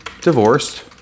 divorced